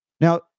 Now